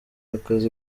akazi